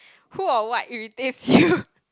who or what irritates~ you